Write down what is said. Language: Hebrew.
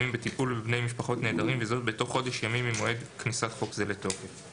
בטיפול בבני משפחות נעדרים וזאת בתוך חודש ימים ממועד כניסת חוק זה לתוקף.